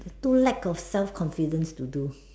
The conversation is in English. too lack of self confidence to do